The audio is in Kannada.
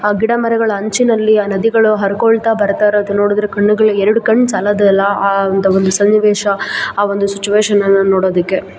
ಆ ಗಿಡಮರಗಳ ಅಂಚಿನಲ್ಲಿ ಆ ನದಿಗಳು ಹರ್ಕೊಳ್ತಾ ಬರ್ತಾಯಿರೋದು ನೋಡಿದ್ರೆ ಕಣ್ಣುಗಳು ಎರಡು ಕಣ್ಣು ಸಾಲೋದು ಇಲ್ಲ ಆ ಅಂಥ ಒಂದು ಸನ್ನಿವೇಶ ಆ ಒಂದು ಸಿಚುವೇಶನ್ ಅನ್ನು ನೋಡೋದಕ್ಕೆ